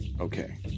Okay